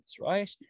right